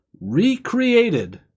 recreated